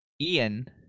Ian